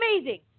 Amazing